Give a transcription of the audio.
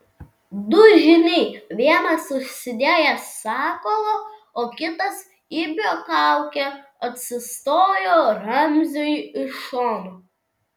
du žyniai vienas užsidėjęs sakalo o kitas ibio kaukę atsistojo ramziui iš šonų